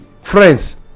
friends